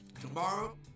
tomorrow